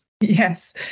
Yes